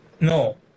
No